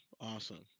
Awesome